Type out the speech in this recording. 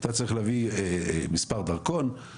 אתה צריך להביא מספר דרכון,